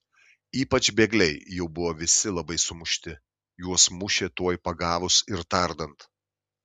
ypač bėgliai jau buvo visi labai sumušti juos mušė tuoj pagavus ir tardant